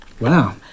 Wow